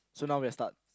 so now we're start